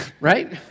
right